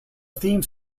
theme